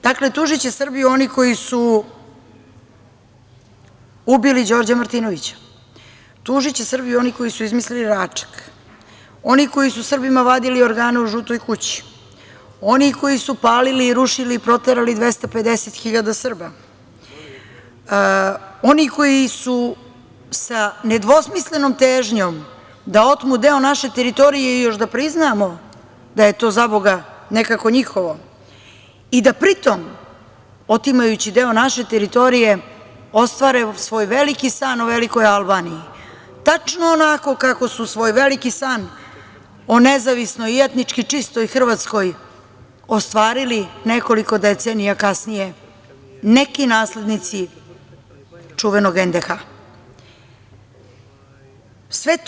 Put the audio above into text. Dakle, tužiće Srbiju oni koji su ubili Đorđa Martinovića, tužiće Srbiju oni koji su izmislili Račak, oni koji su Srbima vadili organe u žutoj kući, oni koji su palili, rušili i proterali 250 hiljada Srba, oni koji su sa nedvosmislenom težnjom da otmu deo naše teritorije i još da priznamo da je to, zaboga, nekako njihovo i da pri tom, otimajući deo naše teritorije, ostvare svoj veliki san o velikoj Albaniji, a tačno onako kako su svoj veliki san o nezavisnoj i etnički čistoj Hrvatskoj ostvarili nekoliko decenija kasnije neki naslednici čuvene NDH.